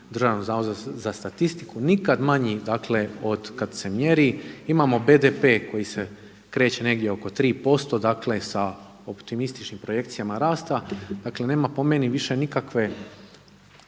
zadnjih izvještajima DZS-a, nikad manji od kada se mjeri, imamo BDP koji se kreće negdje oko 3% sa optimističnim projekcijama rasta, dakle nema po meni više nikakve